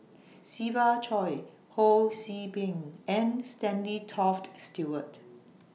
Siva Choy Ho See Beng and Stanley Toft Stewart